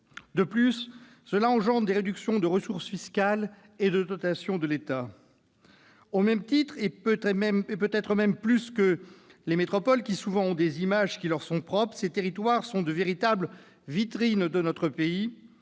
De plus, cela engendre des réductions de ressources fiscales et de dotations de l'État. Au même titre que les métropoles, et peut-être même plus, car celles-ci ont souvent des images qui leur sont propres, ces territoires sont de véritables vitrines de notre pays.